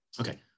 Okay